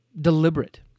deliberate